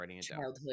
childhood